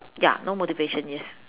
ya no motivation yes